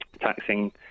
taxing